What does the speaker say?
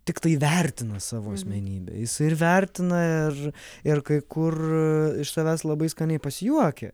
tiktai vertina savo asmenybę jisai ir vertina ir ir kai kur iš savęs labai skaniai pasijuokia